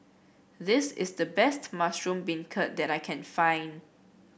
this is the best Mushroom Beancurd that I can find